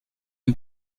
und